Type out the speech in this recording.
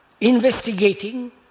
investigating